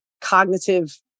cognitive